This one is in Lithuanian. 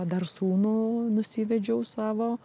dar sūnų nusivedžiau savo